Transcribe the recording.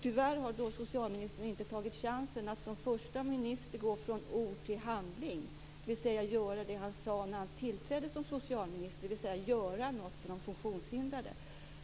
Tyvärr har socialministern inte tagit chansen att som första minister gå från ord till handling och göra det han sade när han tillträdde som socialminister, dvs. göra något för de funktionshindrade.